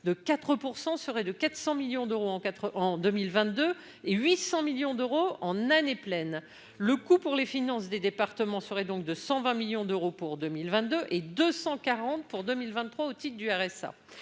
de 4 % serait de 400 millions d'euros en 2022 et 800 millions d'euros en année pleine. Le coût pour les finances des départements serait donc de 120 millions d'euros pour 2022 et de 240 millions d'euros pour 2023 au titre du RSA.